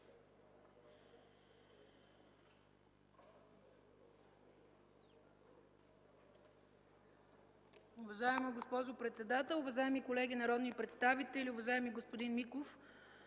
Уважаема госпожо председател, уважаеми колеги народни представители! Уважаеми господин Миков,